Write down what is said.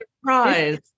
surprise